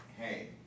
Hey